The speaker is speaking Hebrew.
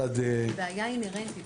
זאת בעיה אינהרנטית.